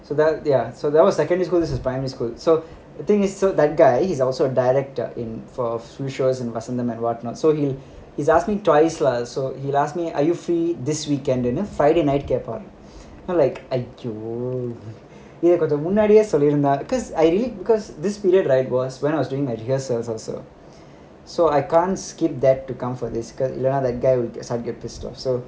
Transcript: so that ya so that was secondary school this is primary school so the thing is so that guy he's also a director in for and what not so he he's asked me twice lah so he ask me are you free this weekend ஐயோ இதை கொஞ்சம் முன்னாடியே சொல்லிருந்தா:iyoo idhai konjam munnadiye sollirunthaa because this period right was when I was doing my rehearsals also so I can't skip that to come for this